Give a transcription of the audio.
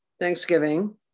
Thanksgiving